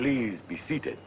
please be seated